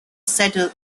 settled